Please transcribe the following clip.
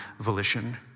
volition